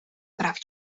прав